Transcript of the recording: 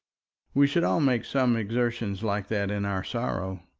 we should all make some exertion like that in our sorrow,